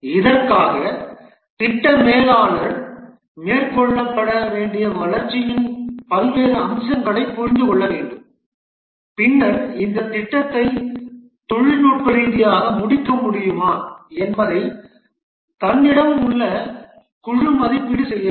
இதற்காக திட்ட மேலாளர் மேற்கொள்ளப்பட வேண்டிய வளர்ச்சியின் பல்வேறு அம்சங்களைப் புரிந்து கொள்ள வேண்டும் பின்னர் இந்த திட்டத்தை தொழில்நுட்ப ரீதியாக முடிக்க முடியுமா என்பதை தன்னிடம் உள்ள குழு மதிப்பீடு செய்ய வேண்டும்